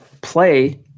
play